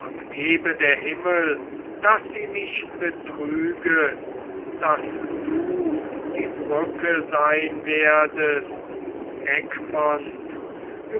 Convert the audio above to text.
und gebe der himmel daß sie mich betrüge daß du die brücke sein werdest